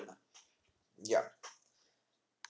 yup